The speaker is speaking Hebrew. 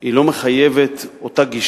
שהיא לא מחייבת אותה גישה,